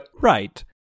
Right